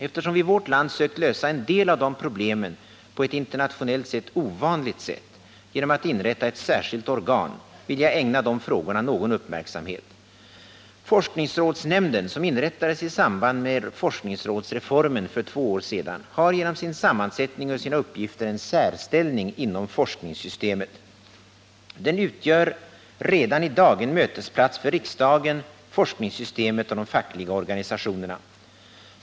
Eftersom vi i vårt land sökt lösa en del av de problemen på ett internationellt sett ovanligt sätt — genom att inrätta ett särskilt organ — vill jag ägna de frågorna någon uppmärksamhet. Forskningsrådsnämnden, FRN, som inrättades i samband med forskningsrådsreformen för två år sedan, har genom sin sammansättning och sina uppgifter en särställning inom forskningssystemet. Den utgör redan i dag en mötesplats för riksdagen, forskningssystemet och de fackliga organisationerna.